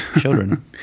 children